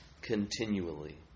continually